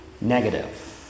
negative